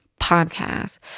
podcast